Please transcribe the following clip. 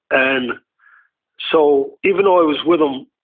and so even though i was with him,